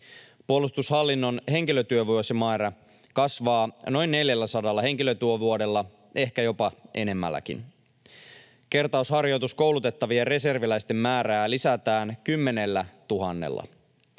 Puolustushallinnon henkilötyövuosimäärä kasvaa noin 400 henkilötyövuodella, ehkä jopa enemmälläkin. Kertausharjoituskoulutettavien reserviläisten määrää lisätään 10 000:lla.